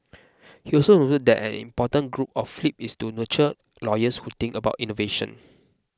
he also noted that important goal of Flip is to nurture lawyers who think about innovation